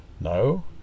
No